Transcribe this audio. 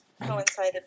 coincided